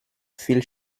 viel